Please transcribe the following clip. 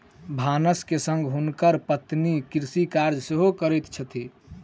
भानस के संग हुनकर पत्नी कृषि कार्य सेहो करैत छथि